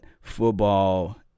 football